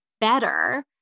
better